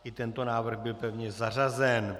I tento návrh byl pevně zařazen.